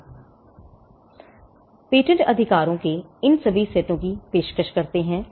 अब पेटेंट अधिकारों के इन सभी सेटों की पेशकश करते हैं